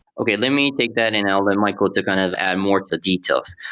okay. let me take that and let michael to kind of add more to details.